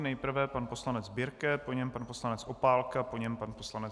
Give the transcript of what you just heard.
Nejprve pan poslanec Birke, po něm pan poslanec Opálka, po něm pan poslanec Herman.